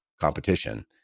competition